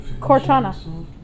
Cortana